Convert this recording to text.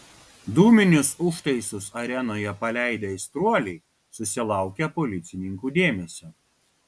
dūminius užtaisus arenoje paleidę aistruoliai susilaukia policininkų dėmesio